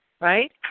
right